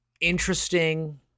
interesting